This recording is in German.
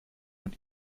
und